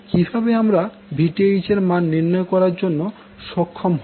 কিভাবে আমরা Vth এর মান নির্ণয় করার জন্য সক্ষম হবো